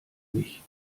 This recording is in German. mich